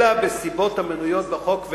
אלא בנסיבות המנויות בחוק,